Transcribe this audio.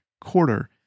quarter